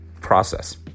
process